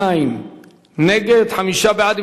32 נגד, חמישה בעד.